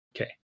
okay